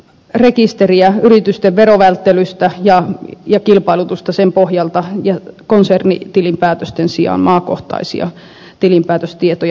rekisteriä yritysten verovälttelystä ja kilpailutusta sen pohjalta ja konsernitilinpäätösten sijaan maakohtaisia tilinpäätöstietoja